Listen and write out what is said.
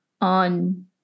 on